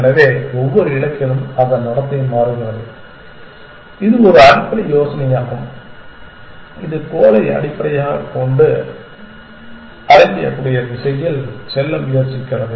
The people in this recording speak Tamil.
எனவே ஒவ்வொரு இலக்கிலும் அதன் நடத்தை மாறுகிறது இது ஒரு அடிப்படை யோசனையாகும் இது கோலை அடையக்கூடிய திசையில் செல்ல முயற்சிக்கிறது